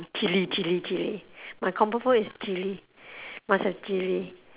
chilli chilli chilli my comfort food is chilli must have chilli